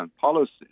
policies